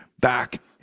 back